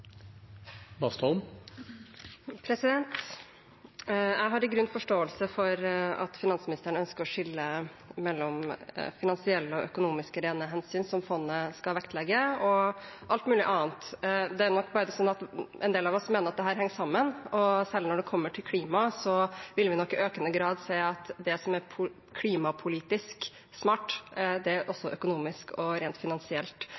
Jeg har i grunnen forståelse for at finansministeren ønsker å skille mellom rent finansielle og økonomiske hensyn som fondet skal vektlegge, og alt mulig annet. Men en del av oss mener at dette henger sammen, og selv når det kommer til klima, vil vi nok i økende grad se at det som er klimapolitisk smart, også er økonomisk og rent finansielt